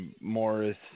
Morris